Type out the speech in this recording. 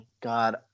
God